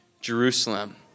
Jerusalem